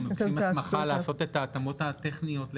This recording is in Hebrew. אנחנו מבקשים הסמכה לעשות את ההתאמות הטכניות לגמרי.